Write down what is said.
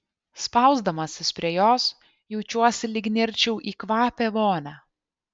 spausdamasis prie jos jaučiuosi lyg nirčiau į kvapią vonią